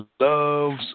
loves